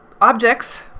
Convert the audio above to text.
objects